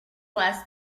last